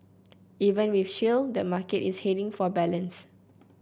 even with shale the market is heading for balance